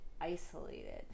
isolated